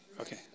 Okay